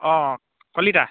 অ' Kalita